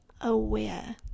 aware